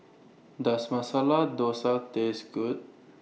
Does Masala Dosa Taste Good